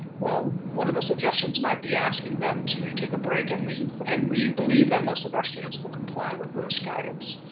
well, one of the suggestions might be asking them to take a break and leave and we believe that most of our students will comply with those guidance.